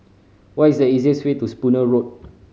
what is the easiest way to Spooner Road